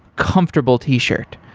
comfortable t-shirt.